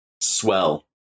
Swell